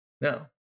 No